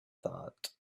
thought